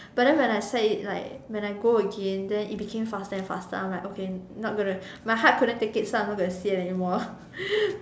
but then when I sat it like when I go again then it became faster and faster I'm like okay not gonna my heart couldn't take it so I'm not gonna sit anymore